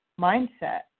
mindset